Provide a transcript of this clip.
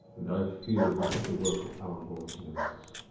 and i feared it was the work of our lord's nemesis.